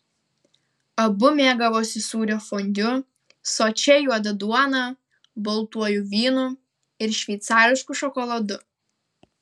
abu mėgavosi sūrio fondiu sočia juoda duona baltuoju vynu ir šveicarišku šokoladu